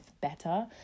better